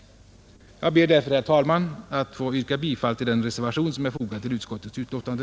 Jag ber därför, herr talman, att få yrka bifall till den reservation som är fogad till utskottets betänkande.